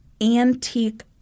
antique